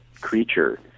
creature